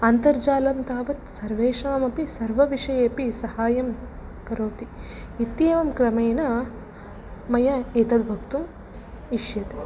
अन्तर्जालं तावत् सर्वेषामपि सर्वविषयेपि साहाय्यं करोति इत्येवं क्रमेण मया एतद्वक्तुम् इष्यते